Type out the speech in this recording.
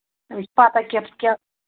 أمِس چھِ پَتہ